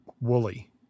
woolly